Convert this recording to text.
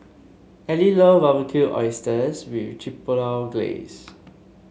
Elie love Barbecued Oysters with Chipotle Glaze